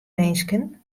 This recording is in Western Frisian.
minsken